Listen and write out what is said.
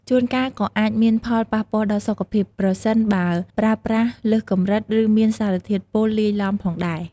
ជួនកាលក៏អាចមានផលប៉ះពាល់ដល់សុខភាព ប្រសិនបើប្រើប្រាស់លើសកម្រិត ឬមានសារធាតុពុលលាយឡំផងដែរ។